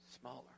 smaller